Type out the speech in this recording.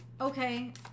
Okay